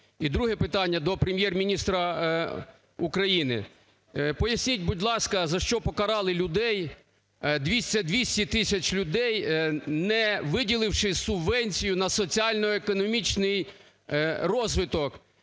І друге питання - до Прем'єр-міністра України. Поясніть, будь ласка, за що покарали людей 200 тисяч людей, не виділивши субвенцію на соціально-економічний розвиток?